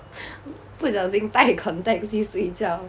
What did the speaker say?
不小心带 contacts 去睡觉